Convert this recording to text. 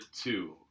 two